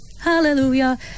hallelujah